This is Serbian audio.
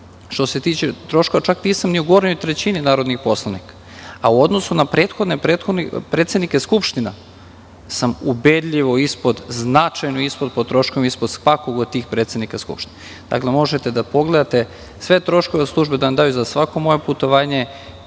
što se tiče troškova, čak nisam ni u gornjoj trećini narodnih poslanika, a u odnosu na prethodne predsednike Skupštine sam ubedljivo ispod, značajno ispod po troškovima, ispod svakoga od tih predsednika Skupštine. Dakle, možete da pogledate, da vam da služba sve troškove za svako moje putovanje,